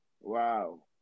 Wow